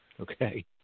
Okay